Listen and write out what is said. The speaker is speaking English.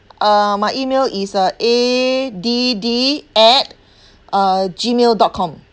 uh my email is uh A D D at uh Gmail dot com